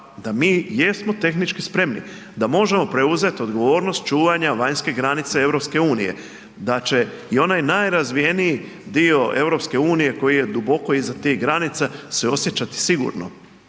da mi jesmo tehnički spremni, da možemo preuzeti odgovornost čuvanja vanjske granice EU. Da će i onaj najrazvijeniji dio EU koji je duboko iza tih granica se osjećati sigurno,